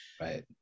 Right